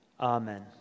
Amen